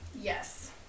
Yes